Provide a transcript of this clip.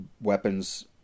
weapons